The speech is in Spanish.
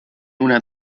una